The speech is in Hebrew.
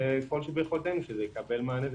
כל שביכולתנו כדי שזה יקבל מענה וביטוי,